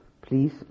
Please